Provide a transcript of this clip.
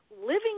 living